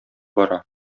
бара